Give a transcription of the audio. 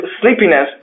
sleepiness